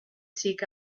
seek